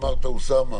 אמרת אוסאמה,